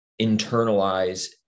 internalize